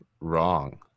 wrong